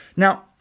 Now